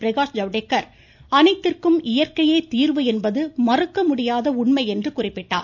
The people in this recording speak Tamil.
பிரகாஷ் ஜவ்டேகர் அனைத்திற்கும் இயற்கையே தீர்வு என்பது மறுக்கமுடியாத உண்மை என்று குறிப்பிட்டார்